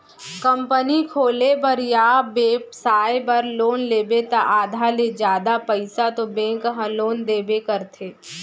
company खोले बर या बेपसाय बर लोन लेबे त आधा ले जादा पइसा तो बेंक ह लोन देबे करथे